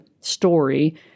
story